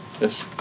yes